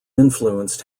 influenced